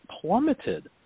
plummeted